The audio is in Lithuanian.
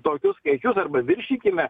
tokius kiekius arba viršykime